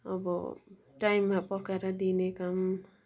अब टाइममा पकाएर दिने काम